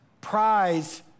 prize